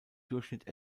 durchschnitt